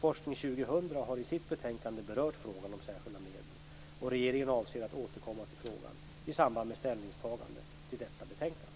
Forskning 2000 har i sitt betänkande berört frågan om särskilda medel, och regeringen avser att återkomma till frågan i samband med ställningstagandet till detta betänkande.